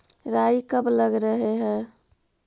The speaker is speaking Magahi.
राई कब लग रहे है?